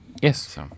Yes